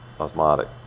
osmotic